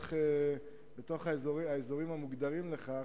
בתוך האזורים המוגדרים לכך,